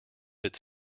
its